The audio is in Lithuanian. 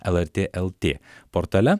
lrt lt portale